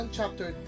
Chapter